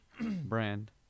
brand